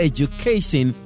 Education